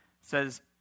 says